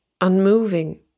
unmoving